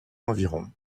environs